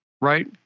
right